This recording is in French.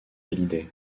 hallyday